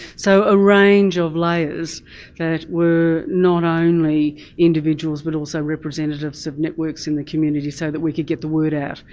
so a range of layers that were not only individuals but also representatives of networks in the community so that we could get the word out,